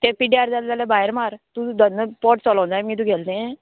तें पिड्ड्यार जालें जाल्यार भायर मार तुजो धंदो पोट चलो जाय मगे तुगेलें तें